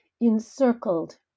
encircled